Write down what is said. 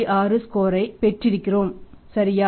6 ஸ்கோரைப் பெற்றிருக்கிறோம் சரியா